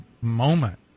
moment